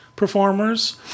Performers